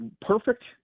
perfect